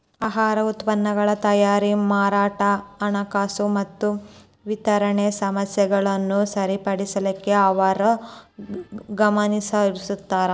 ಆಹಾರ ಉತ್ಪನ್ನಗಳ ತಯಾರಿ ಮಾರಾಟ ಹಣಕಾಸು ಮತ್ತ ವಿತರಣೆ ಸಮಸ್ಯೆಗಳನ್ನ ಸರಿಪಡಿಸಲಿಕ್ಕೆ ಅವರು ಗಮನಹರಿಸುತ್ತಾರ